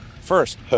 first